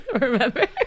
Remember